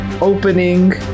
opening